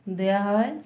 দেওয়া হয়